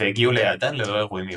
והגיעו ליעדן ללא אירועים מיוחדים.